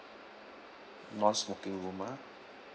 non-smoking room ah